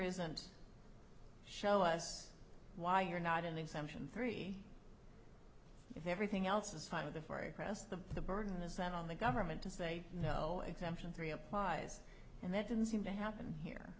isn't show us why you're not in the exemption three if everything else is fine with the free press the the burden is not on the government to say no exemption three applies and that didn't seem to happen here